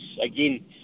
again